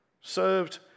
served